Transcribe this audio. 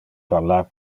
parlar